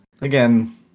again